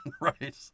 Right